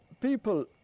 people